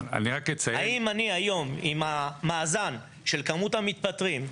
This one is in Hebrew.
האם אני היום עם המאזן של כמות המתפטרים,